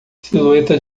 silhueta